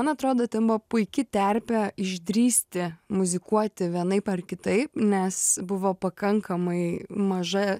man atrodo ten buvo puiki terpė išdrįsti muzikuoti vienaip ar kitaip nes buvo pakankamai maža